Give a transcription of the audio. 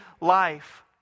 life